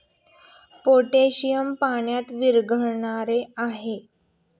potassium पाण्यात विरघळणारे आहे